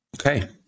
Okay